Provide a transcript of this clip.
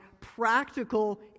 practical